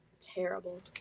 Terrible